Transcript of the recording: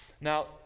Now